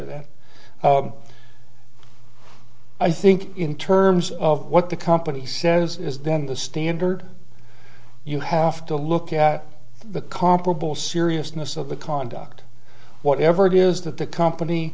that i think in terms of what the company says is then the standard you have to look at the comparable seriousness of the conduct whatever it is that the company